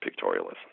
pictorialism